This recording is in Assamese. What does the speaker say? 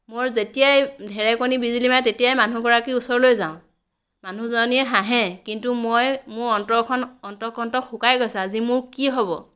মই যেতিয়াই ধেৰেকণি বিজুলী মাৰে তেতিয়াই মানুহগৰাকীৰ ওচৰলৈ যাওঁ মানুহজনীয়ে হাঁহে কিন্তু মই মোৰ অন্তৰখন অণ্ঠকণ্ঠ শুকাই গৈছে আজি মোৰ কি হ'ব